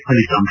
ಫಲಿತಾಂಶ